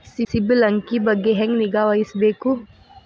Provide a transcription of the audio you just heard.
ಸಿಬಿಲ್ ಅಂಕಿ ಬಗ್ಗೆ ಹೆಂಗ್ ನಿಗಾವಹಿಸಬೇಕು?